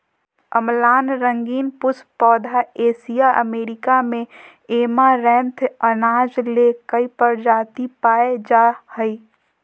अम्लान रंगीन पुष्प पौधा एशिया अमेरिका में ऐमारैंथ अनाज ले कई प्रजाति पाय जा हइ